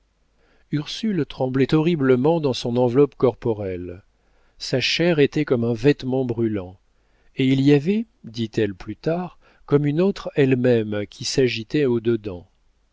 ursule tremblait horriblement dans son enveloppe corporelle sa chair était comme un vêtement brûlant et il y avait dit-elle plus tard comme une autre elle-même qui s'agitait au dedans